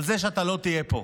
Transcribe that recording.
על זה שאתה לא תהיה פה,